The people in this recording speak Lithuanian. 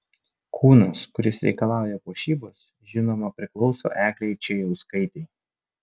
kūnas kuris reikalauja puošybos žinoma priklauso eglei čėjauskaitei